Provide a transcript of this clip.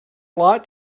lot